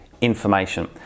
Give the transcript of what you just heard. information